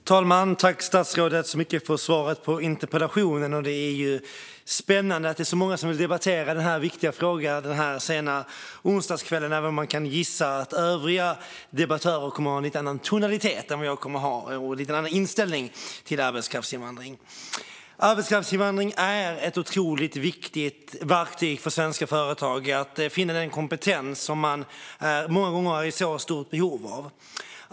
Fru talman! Jag tackar statsrådet så mycket för svaret på min interpellation. Det är spännande att det är så många som vill debattera den här viktiga frågan denna sena tisdagskväll, även om man kan gissa att övriga debattörer kommer att ha en lite annan tonalitet än jag och en lite annan inställning till arbetskraftsinvandring. Arbetskraftsinvandring är ett otroligt viktigt verktyg för svenska företag att finna den kompetens som de många gånger är i så stort behov av.